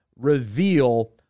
reveal